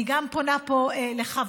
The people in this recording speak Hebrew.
אני גם פונה פה לחבריי,